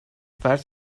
فرض